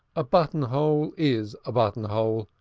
a buttonhole is a buttonhole,